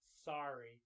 sorry